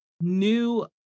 new